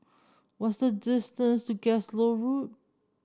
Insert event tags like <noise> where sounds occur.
what's the distance to <unintelligible> Road